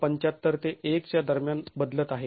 ७५ ते १ च्या दरम्यान बदलत आहे